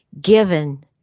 given